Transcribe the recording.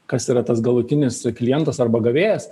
kas yra tas galutinis klientas arba gavėjas